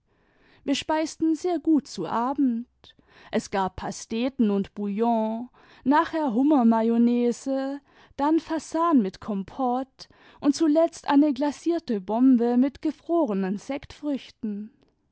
wir speisten sehr gut zu abend es gab pasteten und bouillon nachher hummermayonnaise dann fasan mit kompott und zuletzt eine glacierte bombe mit gefrorenen